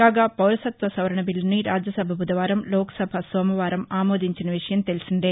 కాగా పౌరసత్వ సవరణ బిల్లని రాజ్యసభ బుధవారం లోక్సభ సోమవారం ఆమోదించిన విషయం తెల్పిందే